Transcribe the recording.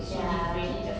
ya